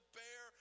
bear